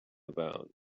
about